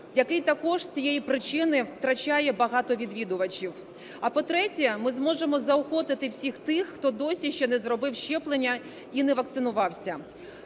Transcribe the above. який також з цієї причини втрачає багато відвідувачів. А по-третє, ми зможемо заохотити всіх тих, хто досі ще не зробив щеплення і не вакцинувався.